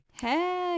Hey